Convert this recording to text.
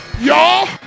y'all